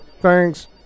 Thanks